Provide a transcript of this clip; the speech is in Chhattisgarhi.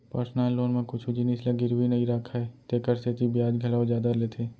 पर्सनल लोन म कुछु जिनिस ल गिरवी नइ राखय तेकर सेती बियाज घलौ जादा लेथे